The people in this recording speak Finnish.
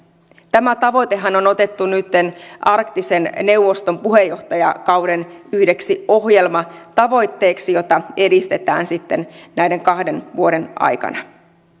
tämä tavoitehan on otettu nytten arktisen neuvoston puheenjohtajakauden yhdeksi ohjelmatavoitteeksi jota edistetään sitten näiden kahden vuoden aikana